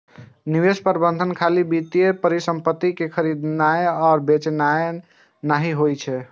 निवेश प्रबंधन खाली वित्तीय परिसंपत्ति कें खरीदनाय आ बेचनाय नहि होइ छै